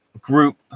group